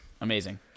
Amazing